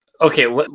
Okay